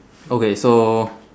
okay so